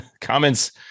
comments